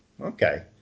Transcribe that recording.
Okay